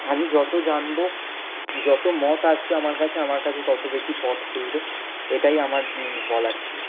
আমি যতো জানবো যতো মত আসবে আমার কাছে আমার কাছে তত বেশি পথ খুলবে এটাই আমার বলার ছিল